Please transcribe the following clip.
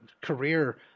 career